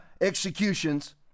executions